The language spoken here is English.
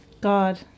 God